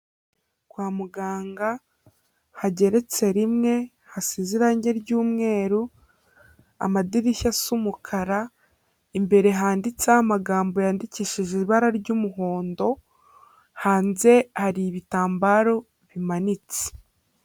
Kwa muganga hageretse rimwe, hasize irangi ry'umweru, amadirishya asa umukara, imbere handitseho amagambo yandikishije ibara ry'umuhondo, hanze hari ibitambaro bimanitse.